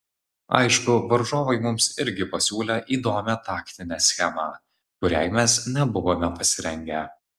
aišku varžovai mums irgi pasiūlė įdomią taktinę schemą kuriai mes nebuvome pasirengę